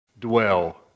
Dwell